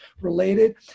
related